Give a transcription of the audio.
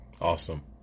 Awesome